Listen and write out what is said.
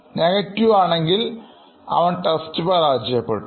negative ആണെങ്കിൽ അവൻ test പരാജയപ്പെട്ടു